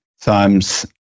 times